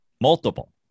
multiple